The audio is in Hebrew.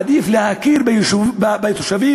עדיף להכיר בתושבים,